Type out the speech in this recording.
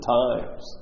times